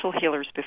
healers